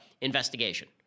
investigation